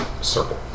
circle